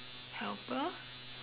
helper